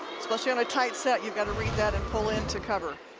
especially on a tight set you've got to read that and pull in to cover